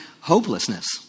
hopelessness